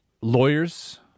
Lawyers